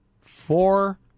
Four